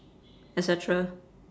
et cetera